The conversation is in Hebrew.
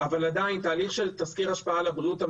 אבל עדיין תהליך של תסקיר השפעה על הבריאות,